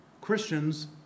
Christians